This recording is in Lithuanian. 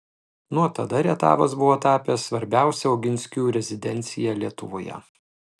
nuo tada rietavas buvo tapęs svarbiausia oginskių rezidencija lietuvoje